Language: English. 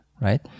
right